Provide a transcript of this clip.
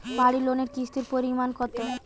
বাড়ি লোনে কিস্তির পরিমাণ কত?